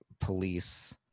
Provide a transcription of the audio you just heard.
police